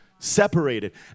separated